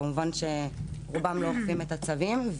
כמובן שרובם לא אוכפים את הצווים.